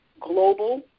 global